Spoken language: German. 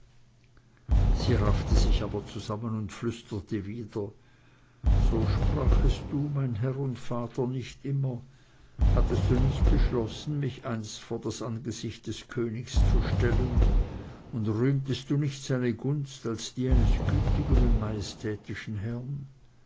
sie raffte sich aber zusammen und flüsterte wieder so sprachest du mein herr und vater nicht immer hattest du nicht beschlossen mich einst vor das angesicht des königs zu stellen und rühmtest du nicht seine gunst als die eines gütigen und majestätischen herrn